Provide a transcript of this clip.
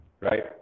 right